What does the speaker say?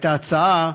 ההצעה,